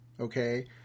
okay